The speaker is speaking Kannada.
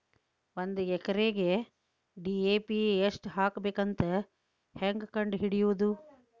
ಒಂದು ಎಕರೆಗೆ ಡಿ.ಎ.ಪಿ ಎಷ್ಟು ಹಾಕಬೇಕಂತ ಹೆಂಗೆ ಕಂಡು ಹಿಡಿಯುವುದು?